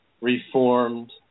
reformed